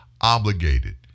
obligated